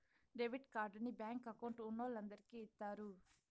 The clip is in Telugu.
డెబిట్ కార్డుని బ్యాంకు అకౌంట్ ఉన్నోలందరికి ఇత్తారు